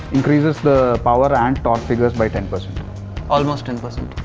increases the power and torque figures by ten. but almost impossible.